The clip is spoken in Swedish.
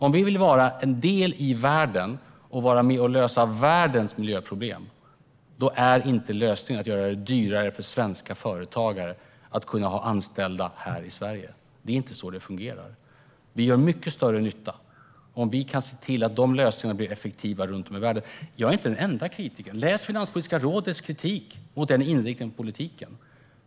Om vi vill vara en del i världen och vara med och lösa världens miljöproblem är inte lösningen att göra det dyrare för svenska företagare att kunna ha anställda här i Sverige. Det är inte så det fungerar. Vi gör mycket större nytta om vi kan se till att de lösningarna blir effektiva runt om i världen. Jag är inte den enda kritikern. Läs Finanspolitiska rådets kritik mot den inriktningen på politiken!